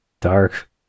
Dark